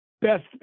best